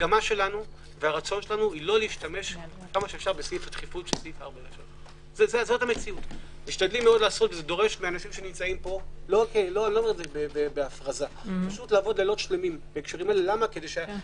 המגמה שלנו היא לא להשתמש כמה שאפשר בסעיף הדחיפות של 4. זה דורש מהאנשים שנמצאים פה לעבוד לילות שלמים כדי שהקבינט,